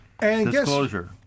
Disclosure